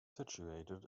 situated